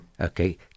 Okay